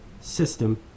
system